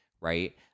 right